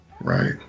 Right